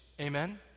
Amen